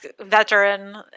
veteran